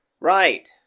Right